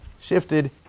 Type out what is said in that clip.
shifted